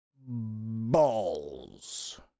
balls